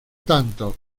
tanto